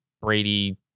Brady